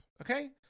Okay